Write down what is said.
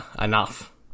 enough